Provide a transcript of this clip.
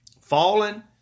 fallen